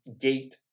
gate